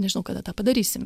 nežinau kada tą padarysime